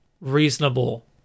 reasonable